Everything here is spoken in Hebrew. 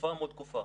תקופה מול תקופה.